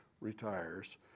retires